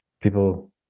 people